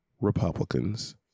Republicans